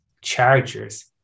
Chargers